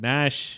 Nash